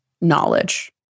knowledge